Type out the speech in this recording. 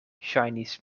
ŝajnis